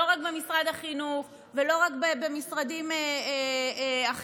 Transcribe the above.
לא רק במשרד החינוך ולא רק במשרדים אחרים.